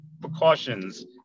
precautions